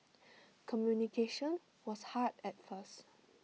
communication was hard at first